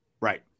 Right